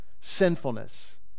sinfulness